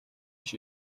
тэгш